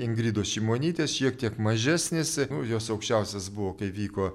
ingridos šimonytės šiek tiek mažesnis nu jos aukščiausias buvo kai vyko